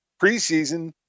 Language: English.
preseason